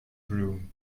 broom